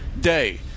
Day